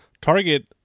target